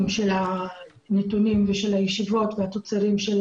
של הנתונים ושל הישיבות והתוצרים של